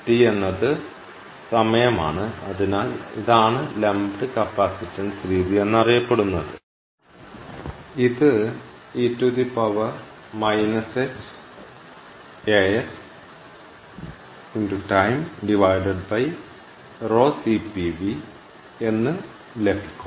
τ എന്നത് സമയമാണ് അതിനാൽ ഇതാണ് ലംപ്ഡ് കപ്പാസിറ്റൻസ് രീതി എന്ന് അറിയപ്പെടുന്നത് ഇത് എന്ന് ലഭിക്കും